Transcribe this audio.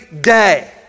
day